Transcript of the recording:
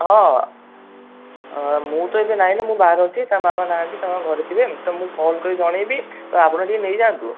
ହଁ ମୁଁ ତ ଏବେ ନାହିଁ ନା ମୁଁ ବାହାରେ ଅଛି ତା' ମାମା ନାହାନ୍ତି ତାଙ୍କ ଘରେ ଥିବେ ତ ମୁଁ କଲ୍ କରିକି ଜଣେଇବି ତ ଆପଣ ଟିକିଏ ନେଇ ଯାଆନ୍ତୁ